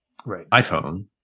iPhone